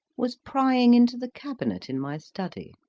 was prying into the cabinet in my study.